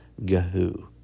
gahoo